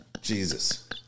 Jesus